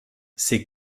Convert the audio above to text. ces